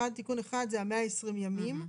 תיקון אחד זה ה-120 ימים.